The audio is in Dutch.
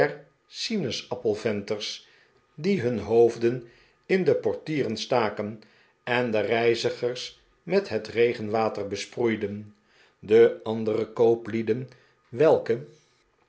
der sinaasappelventers die hun hoofden in de portieren staken en de reizigers met het regenwater besproeiden de andere kooplieden welke